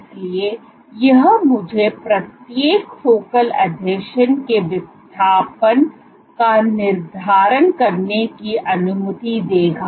इसलिए यह मुझे प्रत्येक फोकल आसंजन के विस्थापन का निर्धारण करने की अनुमति देगा